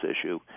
issue